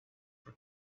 for